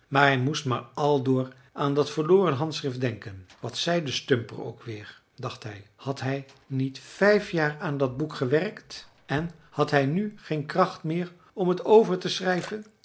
hij moest maar aldoor aan dat verloren handschrift denken wat zei de stumper ook weer dacht hij had hij niet vijf jaar aan dat boek gewerkt en had hij nu geen kracht meer om het over te schrijven